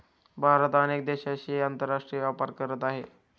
भारत अनेक देशांशी आंतरराष्ट्रीय व्यापार करत आहे